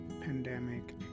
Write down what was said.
pandemic